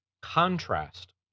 contrast